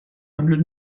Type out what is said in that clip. hundred